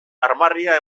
armarria